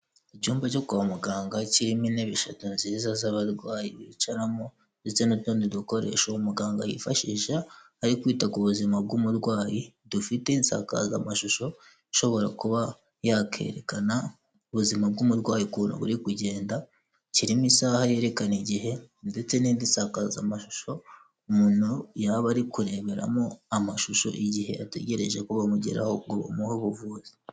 Icyumba cyo kwa muganga kirimo intebe eshatu nziza z'abarwayi bicaramo ndetse n'utundi dukoresha muganga yifashisha ari kwita ku buzima bw'umurwayi dufite isakazamashusho ishobora kuba yakerekana ubuzima bw'umurwayi uku buri kugenda kirimo isaha yerekana igihe ndetse n'indi nsakazamashusho umuntu yaba ari kureberamo amashusho igihehe ategereje ko bamugeraho ngo bamuhe ubuvuzi.